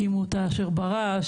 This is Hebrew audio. הקימו אותה אשר בראש,